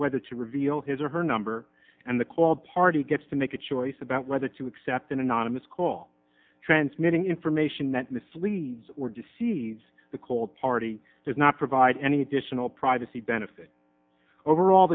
whether to reveal his or her number and the called party gets to make a choice about whether to accept an anonymous call transmitting information that misleads or deceives the cold party does not provide any additional privacy benefit overall